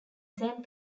saint